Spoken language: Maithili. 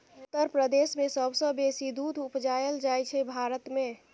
उत्तर प्रदेश मे सबसँ बेसी दुध उपजाएल जाइ छै भारत मे